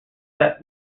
set